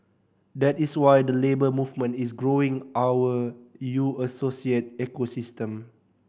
that is why the Labour Movement is growing our U Associate ecosystem